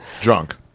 Drunk